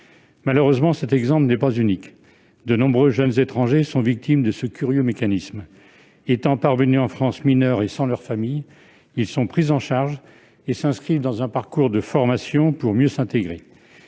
Malheureusement, cet exemple n'est pas unique. De nombreux jeunes étrangers sont victimes de ce curieux mécanisme. Arrivés en France alors qu'ils sont mineurs et sans leur famille, ils sont pris en charge et s'inscrivent dans un parcours de formation pour mieux s'intégrer.